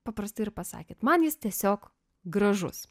paprastai ir pasakėte man jis tiesiog gražus